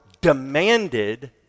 demanded